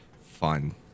fun